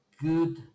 good